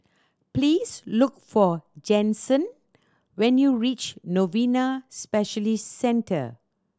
please look for Jensen when you reach Novena Specialist Centre